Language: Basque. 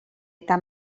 eta